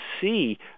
see